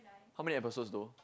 how many episodes though